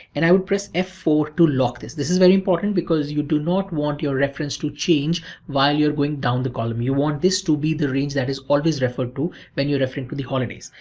and i would press f four to lock this. this is very important because you do not want your reference to change while you're going down the column. you want this to be the range that is always referred to when you're referring and to the holidays.